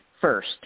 first